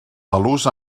talús